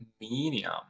medium